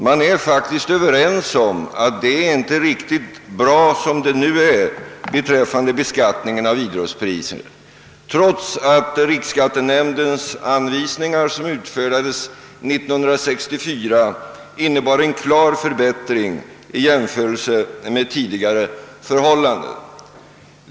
De är faktiskt överens om att det inte är riktigt bra som det nu är beträffande beskattningen av idrottspriser, trots att riksskattenämndens anvisningar, som utfärdades år 1964, betyder en klar förbättring i jämförelse med tidigare förhållanden.